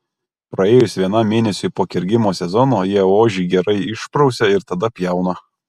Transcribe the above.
praėjus vienam mėnesiui po kergimo sezono jie ožį gerai išprausia ir tada pjauna